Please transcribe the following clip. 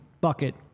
bucket